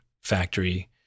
factory